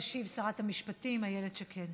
תשיב שרת המשפטים איילת שקד.